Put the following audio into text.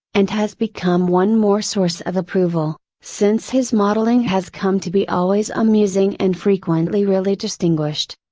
and has become one more source of approval, since his modeling has come to be always amusing and frequently really distinguished.